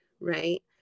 right